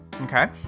Okay